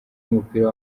w’umupira